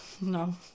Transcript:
No